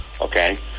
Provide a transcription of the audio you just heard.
okay